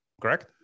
Correct